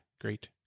great